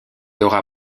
aura